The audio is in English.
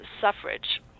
suffrage